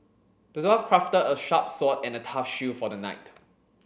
the dwarf crafted a sharp sword and a tough shield for the knight